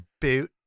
boot